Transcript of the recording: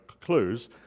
clues